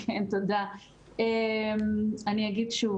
אני אגיד שוב